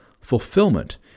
fulfillment